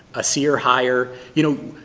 a c or higher, you know,